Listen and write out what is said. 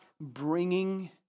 bringing